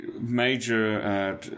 major